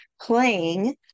playing